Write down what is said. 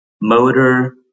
motor